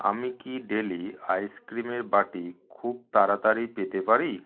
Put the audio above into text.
আমি কি ডেলি আইসক্রিমের বাটি খুব তাড়াতাড়ি পেতে পারি